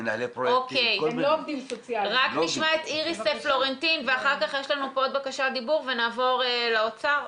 נשמע את איריס פלורנטין ונעבור לאוצר.